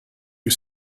you